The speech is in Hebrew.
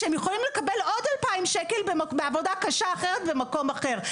כשהן יכולות לקבל עוד 2,000 שקלים בעבודה קשה אחרת במקום אחר.